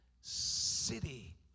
city